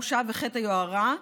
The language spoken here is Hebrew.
הממ"ז פה.